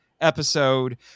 episode